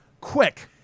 quick